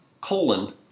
colon